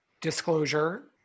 disclosure